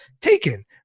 taken